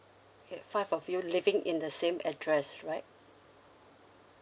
okay five of you living in the same address right